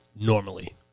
normally